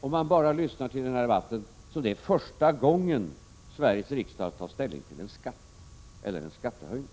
Om man bara lyssnar till denna debatt, förefaller det som om detta är första gången som Sveriges riksdag tar ställning till en skatt eller en skattehöjning.